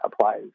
applies